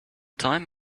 time